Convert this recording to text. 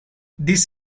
this